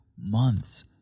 months